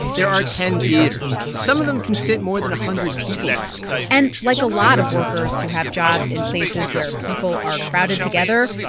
there are ten theaters. some of them can sit more than a hundred people in them and like a lot of workers who have jobs in places where people are crowded together,